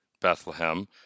Bethlehem